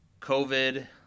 COVID